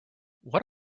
what